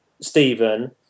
Stephen